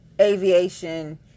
Aviation